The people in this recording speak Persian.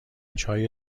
چای